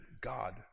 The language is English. God